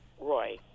Roy